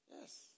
Yes